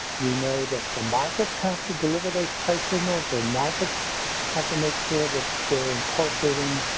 we know that the markets have to deliver those price signals. the markets have to make sure that they're incorporating.